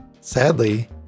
Sadly